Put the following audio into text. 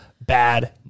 bad